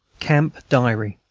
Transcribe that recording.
camp diary